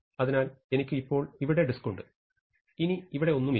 അതിനാൽ എനിക്ക് ഇപ്പോൾ ഇവിടെ ഡിസ്ക് ഉണ്ട് ഇനി ഇവിടെ ഒന്നും ഇല്ല